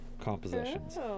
compositions